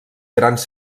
grans